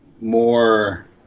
more